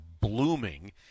blooming